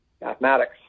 mathematics